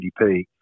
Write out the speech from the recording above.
GDP